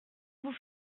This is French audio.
vous